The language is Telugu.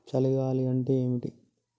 చలి గాలి అంటే ఏమిటి?